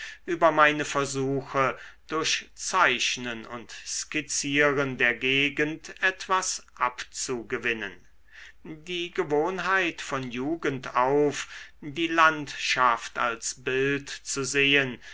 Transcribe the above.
über meine versuche durch zeichnen und skizzieren der gegend etwas abzugewinnen die gewohnheit von jugend auf die landschaft als bild zu sehen